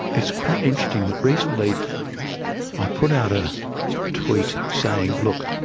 it is quite interesting that recently i put out a tweet saying, look,